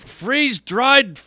freeze-dried